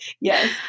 Yes